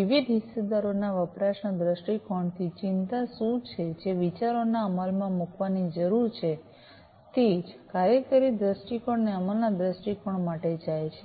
વિવિધ હિસ્સેદારોના વપરાશના દ્રષ્ટિકોણથી ચિંતા શું છે જે વિચારોને અમલમાં મૂકવાની જરૂર છે તે જ કાર્યકારી દૃષ્ટિકોણ અને અમલના દૃષ્ટિકોણ માટે જાય છે